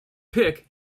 pick